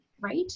right